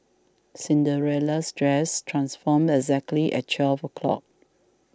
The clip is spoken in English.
Cinderella's dress transformed exactly at twelve o'clock